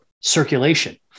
circulation